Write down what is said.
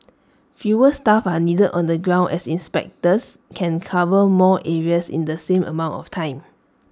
fewer staff are needed on the ground as inspectors can cover more areas in the same amount of time